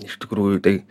iš tikrųjų tai